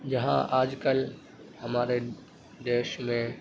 جہاں آج کل ہمارے دیش میں